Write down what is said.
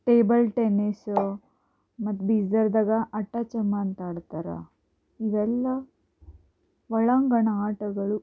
table tennis ಮತ್ತು ಬೀದರ್ದಾಗ ಅಟ್ಟಚಮ್ಮ ಅಂತಾಡ್ತಾರೆ ಇವೆಲ್ಲ ಒಳಾಂಗಣ ಆಟಗಳು